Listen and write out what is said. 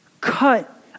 cut